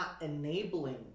enabling